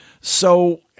So-